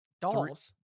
Dolls